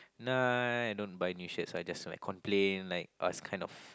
nah I don't buy new shirts I just like complain like !ugh! it's kind of